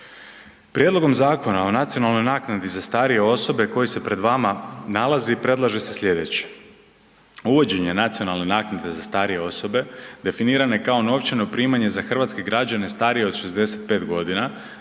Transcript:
Prijedlogom Zakona o nacionalnoj naknadi za starije osobe koji se pred vama nalazi predlaže se sljedeće, uvođenje nacionalne naknade za starije osobe definirane kao novčano primanje za hrvatske građane starije od 65 godina